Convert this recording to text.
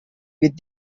with